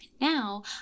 Now